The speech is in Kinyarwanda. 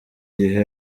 gihe